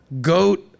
goat